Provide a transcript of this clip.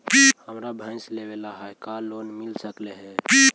हमरा भैस लेबे ल है का लोन मिल सकले हे?